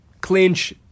clinch